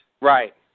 Right